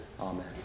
amen